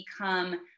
become